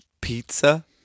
pizza